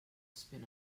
spin